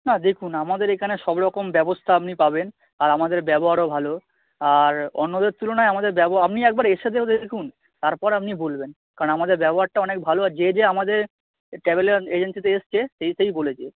না দেখুন আমাদের এখানে সব রকম ব্যবস্তা আপনি পাবেন আর আমাদের ব্যবহারও ভালো আর অন্যদের তুলনায় আমাদের ব্যব আপনি একবার এসে তো দেখুন তারপর আপনি বলবেন কারণ আমাদের ব্যবহারটা অনেক ভালো আর যে যে আমাদের ট্র্যাভেলে এজেন্সিতে এসছে সেই সেই বলেছে